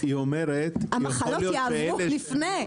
המחלות יעברו לפני.